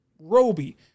Roby